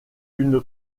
une